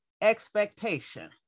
expectation